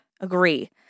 agree